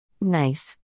Nice